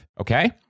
okay